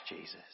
jesus